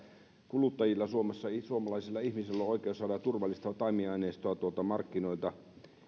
kuluttajilla suomalaisilla ihmisillä on oikeus saada turvallista taimiaineistoa markkinoilta